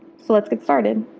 so let's get started.